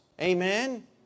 Amen